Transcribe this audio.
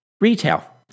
retail